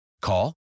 Call